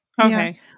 Okay